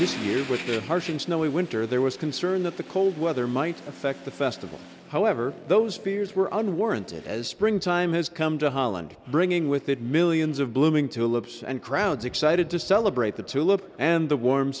the harsh and snowy winter there was concern that the cold weather might affect the festival however those fears were unwarranted as spring time has come to holland bringing with it millions of blooming tulips and crowds excited to celebrate the two look and the warm